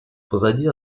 позади